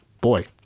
Boy